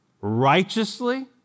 righteously